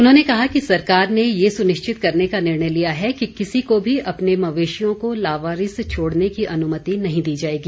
उन्होंने कहा कि सरकार ने ये सुनिश्चित करने का निर्णय लिया है कि किसी को भी अपने मवेशियों को लावारिस छोड़ने की अनुमति नहीं दी जाएगी